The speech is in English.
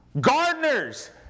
Gardeners